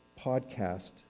podcast